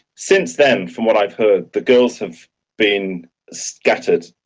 since then, from what i've heard, the girls have been scattered,